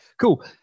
cool